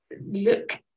look